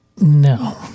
No